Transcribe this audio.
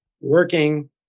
working